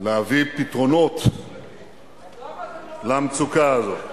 להביא פתרונות למצוקה הזאת.